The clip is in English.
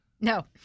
No